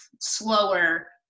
slower